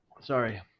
Sorry